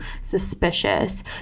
suspicious